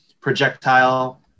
projectile